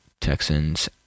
Texans